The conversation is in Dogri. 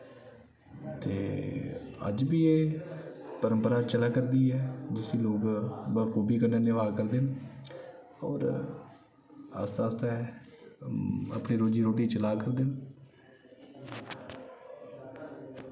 ते अज्ज बी परंपरा चला करदी ऐ जिसी लोग बखूबी कन्नै निभा करदे न होर आस्तै आस्तै अपनी रोजी रोटी चला करदे न